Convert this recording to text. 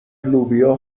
لوبیا